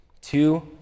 Two